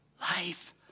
life